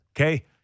Okay